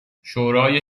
شورای